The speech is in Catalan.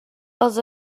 els